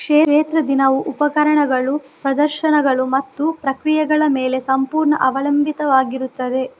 ಕ್ಷೇತ್ರ ದಿನವು ಉಪಕರಣಗಳು, ಪ್ರದರ್ಶನಗಳು ಮತ್ತು ಪ್ರಕ್ರಿಯೆಗಳ ಮೇಲೆ ಸಂಪೂರ್ಣ ಅವಲಂಬಿತವಾಗಿರುತ್ತದೆ